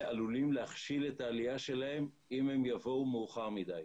להכשיל את העלייה שלהם אם הם יבואו מאוחר מדי.